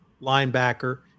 linebacker